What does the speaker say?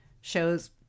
shows